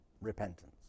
Repentance